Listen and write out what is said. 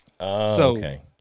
okay